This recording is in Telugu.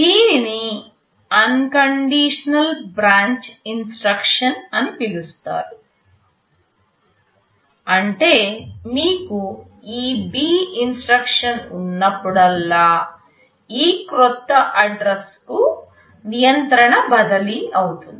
దీనిని అన్కండిషనల్ బ్రాంచ్ ఇన్స్ట్రక్షన్ అని పిలుస్తారు అంటే మీకు ఈ B ఇన్స్ట్రక్షన్ ఉన్నప్పుడల్లా ఈ క్రొత్త అడ్రస్ కు నియంత్రణ బదిలీ అవుతుంది